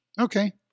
Okay